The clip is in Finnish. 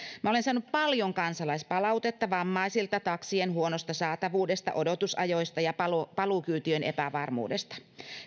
minä olen saanut paljon kansalaispalautetta vammaisilta taksien huonosta saatavuudesta odotusajoista ja paluukyytien epävarmuudesta